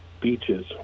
beaches